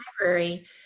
library